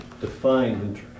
defined